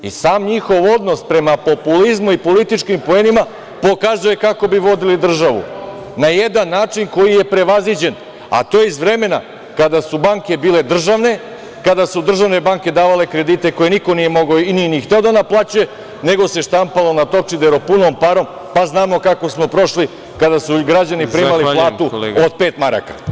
I sam njihov odnos prema populizmu i populističkim poenima pokazuje kako bi vodili državu, na jedan način koji je prevaziđen, a to je iz vremena kada su banke bile državne, kada su državne banke davale kredite koje niko nije mogao i nije ni hteo da naplaćuje, nego ste štampalo na Topčideru punom parom, pa znamo kako smo prošli kada su građani primali platu od pet maraka.